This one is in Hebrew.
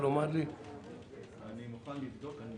אני מוכן לבדוק.